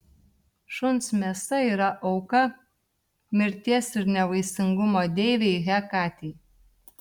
šuns mėsa yra auka mirties ir nevaisingumo deivei hekatei